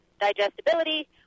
digestibility